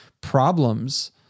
problems